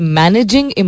managing